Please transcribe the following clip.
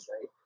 right